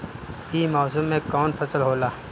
ई मौसम में कवन फसल होला?